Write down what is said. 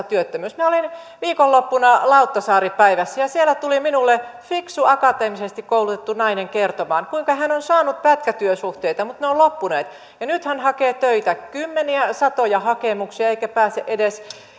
työttömyys minä olin viikonloppuna lauttasaari päivillä ja ja siellä tuli minulle fiksu akateemisesti koulutettu nainen kertomaan kuinka hän on saanut pätkätyösuhteita mutta ne ovat loppuneet ja nyt hän hakee töitä kymmeniä satoja hakemuksia eikä pääse edes